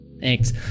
Thanks